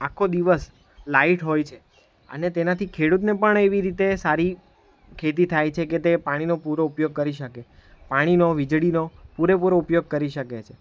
આખો દિવસ લાઇટ હોય છે અને તેનાથી ખેડુતને પણ એવી રીતે સારી ખેતી થાય છે કે તે પાણીનો પૂરો ઉપયોગ કરી શકે પાણીનો વીજળીનો પૂરેપૂરો ઉપયોગ કરી શકે છે